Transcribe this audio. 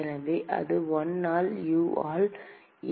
எனவே அது 1 ஆல் U ஆல் ஏ ஆக உள்ளது